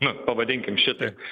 nu pavadinkim šitaip